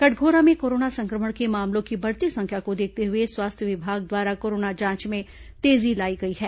कटघोरा में कोरोना संक्रमण के मामलों की बढ़ती संख्या को देखते हुए स्वास्थ्य विभाग द्वारा कोरोना जांच में तेजी लाई गई है